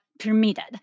permitted